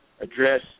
address